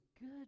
good